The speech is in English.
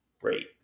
Great